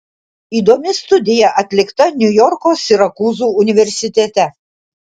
įdomi studija atlikta niujorko sirakūzų universitete